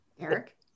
Eric